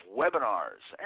webinars